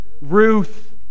Ruth